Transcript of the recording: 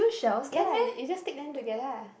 ya lah you you just take them together lah